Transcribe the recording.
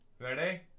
Ready